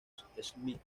schmidt